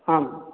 आम्